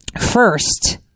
first